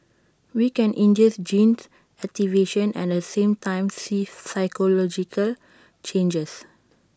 we can induce gene activation and at the same time see physiological changes